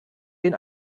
den